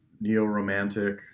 neo-romantic